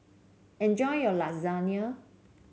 enjoy your Lasagne